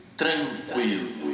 tranquilo